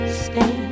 stay